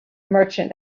merchant